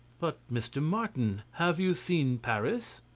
but, mr. martin, have you seen paris?